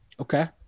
Okay